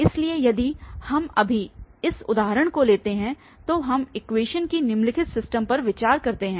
इसलिए यदि हम अभी इस उदाहरण को लेते हैं तो हम इक्वेशनस की निम्नलिखित सिस्टम पर विचार करते हैं